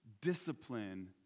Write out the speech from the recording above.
discipline